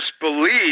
disbelief